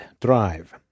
Drive